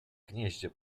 gnieździe